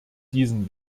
diesen